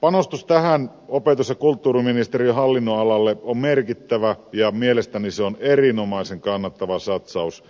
panostus tähän opetus ja kulttuuriministeriön hallinnonalalle on merkittävä ja mielestäni se on erinomaisen kannattava satsaus